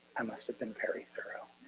i must have been very thorough.